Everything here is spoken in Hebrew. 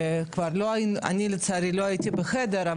אני לצערי לא הייתי בחדר,